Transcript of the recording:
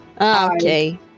Okay